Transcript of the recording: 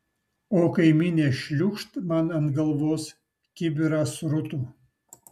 o kaimynė šliūkšt man ant galvos kibirą srutų